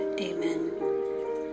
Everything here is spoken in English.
Amen